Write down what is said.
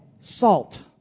salt